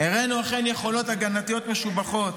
אכן הראינו יכולות הגנתיות משובחות,